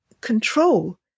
control